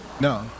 No